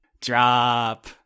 Drop